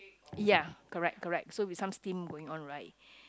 ya correct correct so with some steam going on right